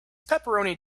pepperoni